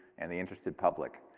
and the interested public.